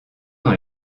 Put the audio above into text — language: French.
dans